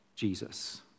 Jesus